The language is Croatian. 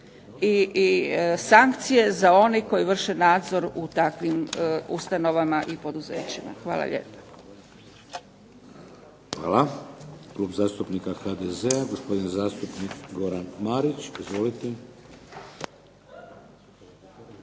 i sankcije za one koji vrše nadzor u takvim ustanovama i poduzećima. Hvala lijepa. **Šeks, Vladimir (HDZ)** Hvala lijepa. Klub zastupnika HDZ-a gospodin zastupnik Goran Marić. Izvolite.